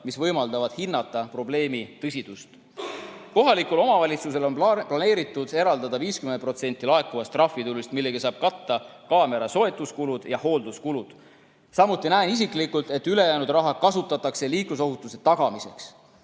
mis võimaldavad hinnata probleemi tõsidust. Kohalikule omavalitsusele on plaanitud eraldada 50% laekuvast trahvitulust, millega saab katta kaamera soetus- ja hoolduskulud. Samuti loodan, et ülejäänud raha kasutatakse liiklusohutuse tagamiseks.